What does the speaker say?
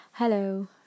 Hello